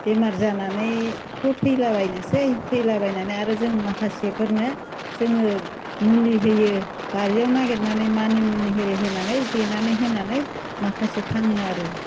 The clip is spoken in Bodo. बेमार जानानैथ' थैलाबायनोसै थैलाबायनानै आरो जों माखासेफोरनो जोङो मुलि होयो बारियाव नागिरनानै मानिमुनि इरि होनानै देनानै होनानै माखासे थाङो आरो